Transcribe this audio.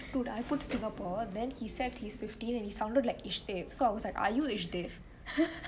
dude I put singapore then he said he's fifteen and he sounded like ishdave so I said are you ishdave